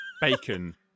bacon